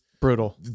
brutal